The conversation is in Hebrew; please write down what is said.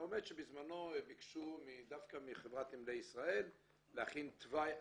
בזמנו ביקשו דווקא מחברת נמלי ישראל להכין תוואי אלטרנטיבי.